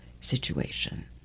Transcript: situation